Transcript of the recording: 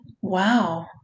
Wow